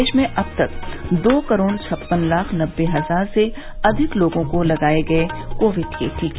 देश में अब तक दो करोड छप्पन लाख नब्बे हजार से अधिक लोगों को लगाये गए कोविड के टीके